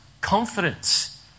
confidence